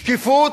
שקיפות,